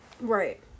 right